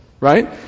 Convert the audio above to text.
Right